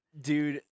Dude